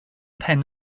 pen